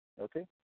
okay